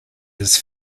his